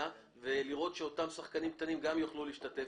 ולראות שאותם שחקנים קטנים גם יוכלו להשתתף.